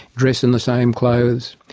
dress in the same clothes.